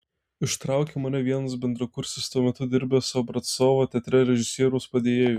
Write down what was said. ištraukė mane vienas bendrakursis tuo metu dirbęs obrazcovo teatre režisieriaus padėjėju